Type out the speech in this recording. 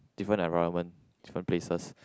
different environment different places